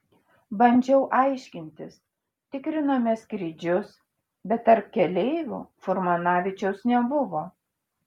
bandžiau aiškintis tikrinome skrydžius bet tarp keleivių furmanavičiaus nebuvo